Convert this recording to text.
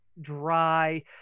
dry